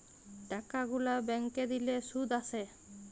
টাকা গুলা ব্যাংকে দিলে শুধ আসে